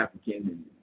African